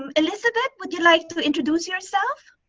um elizabeth would you like to introduce yourself?